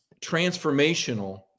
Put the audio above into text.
transformational